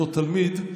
אותו תלמיד,